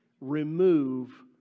Remove